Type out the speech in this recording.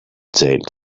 jailed